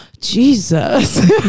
Jesus